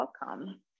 welcome